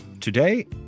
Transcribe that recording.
Today